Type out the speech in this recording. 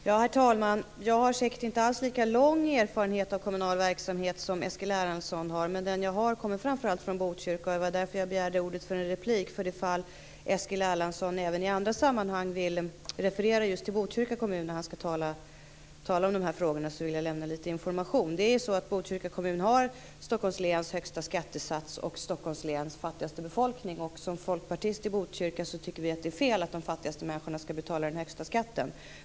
Herr talman! Jag har säkert inte lika lång erfarenhet av kommunal verksamhet som Eskil Erlandsson har. Men den jag har är framför allt från Botkyrka. Jag begärde replik för det fall att Eskil Erlandsson även i andra sammanhang vill referera till Botkyrka kommun. Jag vill gärna lämna litet information. Botkyrka kommun har Stockholms läns högsta skattesats och fattigaste befolkning. Vi folkpartister i Botkyrka tycker att det är fel att de fattigaste människorna skall betala den högsta skatten.